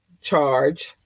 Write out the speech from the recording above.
charge